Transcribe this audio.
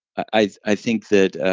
i i think that